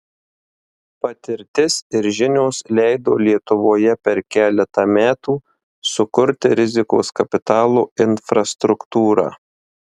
patirtis ir žinios leido lietuvoje per keletą metų sukurti rizikos kapitalo infrastruktūrą